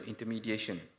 intermediation